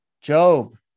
Job